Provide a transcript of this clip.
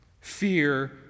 Fear